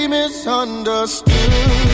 misunderstood